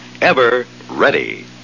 Ever-ready